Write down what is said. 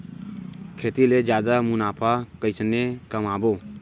खेती ले जादा मुनाफा कइसने कमाबो?